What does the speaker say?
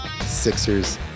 Sixers